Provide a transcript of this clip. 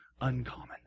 uncommon